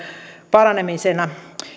paranemisena